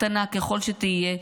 קטנה ככל שתהיה,